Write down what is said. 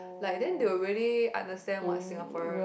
like then they will really understand what's Singapore